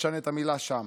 תשנה את המילה שם.